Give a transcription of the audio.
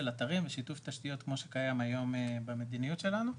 אתרים ושיתוף תשתיות כמו שקיים היום במדיניות שלנו,